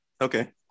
Okay